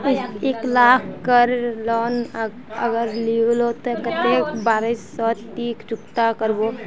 एक लाख केर लोन अगर लिलो ते कतेक कै बरश सोत ती चुकता करबो?